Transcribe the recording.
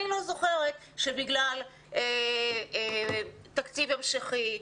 אני לא זוכרת שבגלל תקציב המשכי,